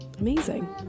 Amazing